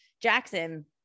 Jackson